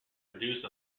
produce